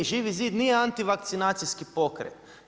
Mi, Živi zid nije antivakcinacijski pokret.